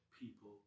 people